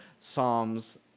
Psalms